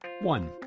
one